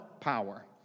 power